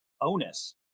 onus